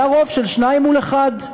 היה רוב של שניים מול אחד,